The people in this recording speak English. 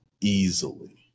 easily